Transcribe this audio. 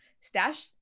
Stash